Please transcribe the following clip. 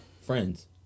Friends